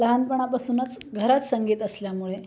लहानपणापासूनच घरात संगीत असल्यामुळे